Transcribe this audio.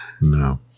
No